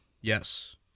Yes